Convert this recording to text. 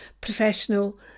professional